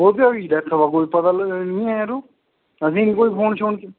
कोह्दे होई डैथ कोई पता निं ऐ जरो असें गी कोई फोन शोन